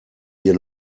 hier